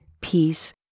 peace